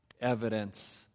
evidence